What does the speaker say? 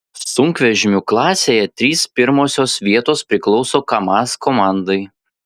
sunkvežimių klasėje trys pirmosios vietos priklauso kamaz komandai